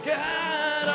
God